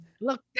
Look